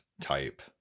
type